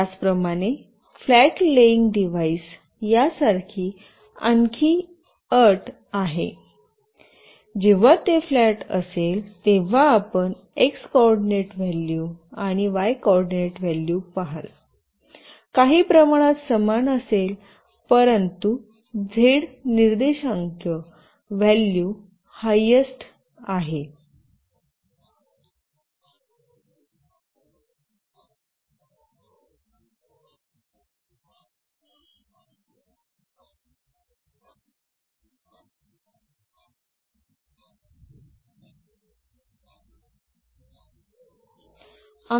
त्याचप्रमाणे flat lying device यासारखी आणखी काही अट आहेत जेव्हा ते फ्लॅट असेल तेव्हा आपण x कोऑर्डिनेंट व्हॅल्यू आणि y कोऑर्डिनेंट व्हॅल्यू पहाल काही प्रमाणात समान असेल परंतु झेड निर्देशांक व्हॅल्यू हायेस्ट आहे